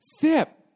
Zip